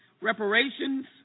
Reparations